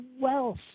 wealth